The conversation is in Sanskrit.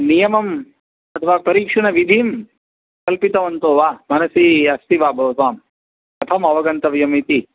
नियमम् अथवा परीक्षणविधिं कल्पितवन्तो वा मनसि अस्ति वा भवतां कथम् अवगन्तव्यम् इति